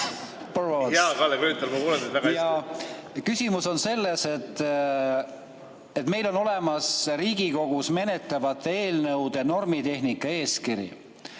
Küsimus on selles, et meil on olemas Riigikogus menetletavate eelnõude normitehnika eeskiri,